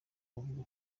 kuvuga